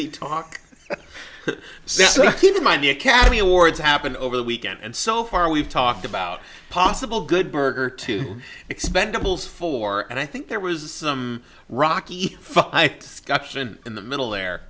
in mind the academy awards happened over the weekend and so far we've talked about possible good burger to expendables four and i think there was some rocky action in the middle there